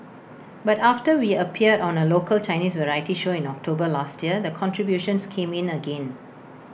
but after we appeared on A local Chinese variety show in October last year the contributions came in again